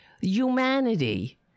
humanity